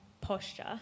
posture